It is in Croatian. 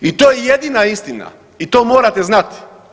I to je jedina istina i to morate znati.